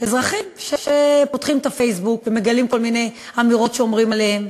אזרחים שפותחים את הפייסבוק ומגלים כל מיני אמירות שאומרים עליהם,